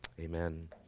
amen